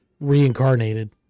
reincarnated